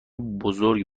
بزرگ